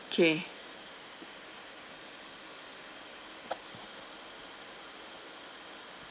K